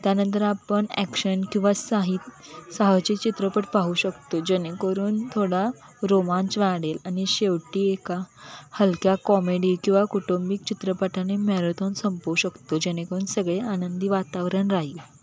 त्यानंतर आपण ॲक्शन किंवा साहित साहसी चित्रपट पाहू शकतो जेणेकरून थोडा रोमांच वाढेल आणि शेवटी एका हलक्या कॉमेडी किंवा कौटुंबिक चित्रपटाने मॅरेथॉन संपवू शकतो जेणेकरून सगळे आनंदी वातावरण राहील